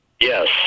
Yes